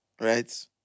Right